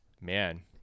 Man